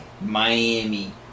Miami